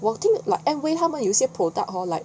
我听 like Amway 他们有些 product hor like